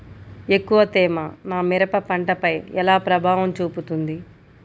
ఎక్కువ తేమ నా మిరప పంటపై ఎలా ప్రభావం చూపుతుంది?